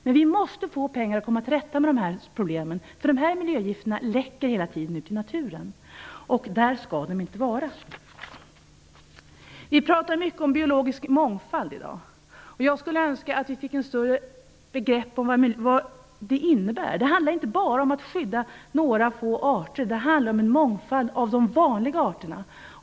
Men vi måste få pengar så att vi kan komma till rätta med de här problemen. Dessa miljögifter läcker hela tiden ut i naturen, och där skall de inte vara. Vi pratar mycket om biologisk mångfald i dag. Jag skulle önska att vi fick ett större grepp om vad det innebär. Det handlar inte bara om att skydda några få arter. Det handlar om en mångfald av de vanliga arterna.